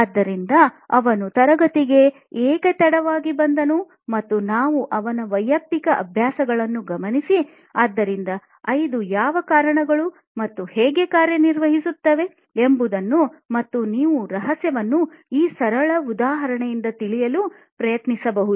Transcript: ಆದ್ದರಿಂದ ಅವನು ತರಗತಿಗಳಿಗೆ ಏಕೆ ತಡವಾಗಿ ಬಂದನು ಮತ್ತು ನಾವು ಅವನ ವೈಯಕ್ತಿಕ ಅಭ್ಯಾಸಗಳನ್ನೂ ಗಮನಿಸಿ ಆದ್ದರಿಂದ 5 ಯಾವ ಕಾರಣಗಳು ಮತ್ತು ಹೇಗೆ ಕಾರ್ಯನಿರ್ವಹಿಸುತ್ತವೆ ಎಂಬುದನ್ನು ಮತ್ತು ನೀವು ರಹಸ್ಯವನ್ನು ಈ ಸರಳ ಉದಾಹರಣೆಯಿಂದ ತಿಳಿಯಲು ಪ್ರಯತ್ನಿಸಬಹುದು